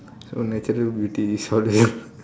so natural beauty is all there